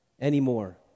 anymore